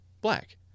black